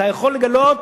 אתה יכול לגלות